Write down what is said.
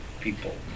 people